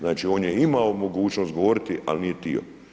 Znači, on je imao mogućnost govoriti, al nije tio.